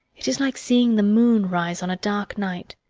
it is like seeing the moon rise on a dark night.